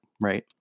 Right